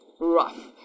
rough